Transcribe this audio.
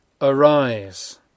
Arise